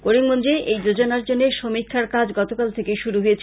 করিমগঞ্জে এই যোজনার জন্য সমীক্ষার কাজ গতকাল থেকে শুরু হয়েছে